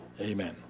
amen